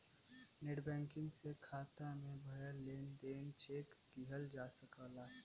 net banking से खाता में भयल लेन देन चेक किहल जा सकला